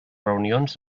reunions